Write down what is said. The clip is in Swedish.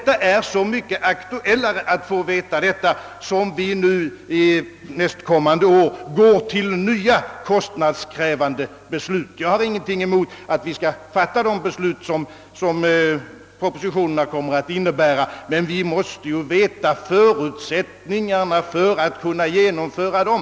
Det är särskilt aktuellt att få veta detta mot bakgrunden av att vi nästkommande år skrider till att fatta nya kostnadskrävande beslut. Jag har inte något emot att vi skall enas om de beslut som kommer att föreslås i propositionerna, men vi måste ju känna till förutsättningarna för att kunna genomföra dem.